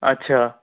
अच्छा